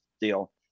deal